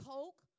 Coke